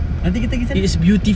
nanti kita gi sana